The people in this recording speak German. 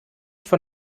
nicht